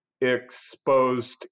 exposed